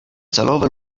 celowe